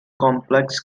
complex